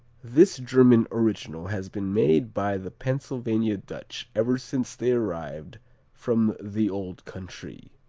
this german original has been made by the pennsylvania dutch ever since they arrived from the old country.